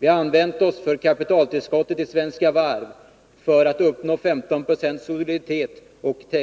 Vi har använt oss av kapitaltillskottet till Svenska Varv för att uppnå 15 92 soliditet